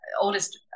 oldest